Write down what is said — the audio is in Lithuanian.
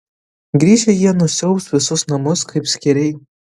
grįžę jie nusiaubs visus namus kaip skėriai